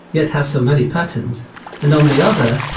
yet has so many patterns and on the other,